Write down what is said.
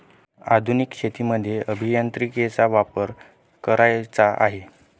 आधुनिक शेतीमध्ये अभियांत्रिकीचा वापर करायचा आहे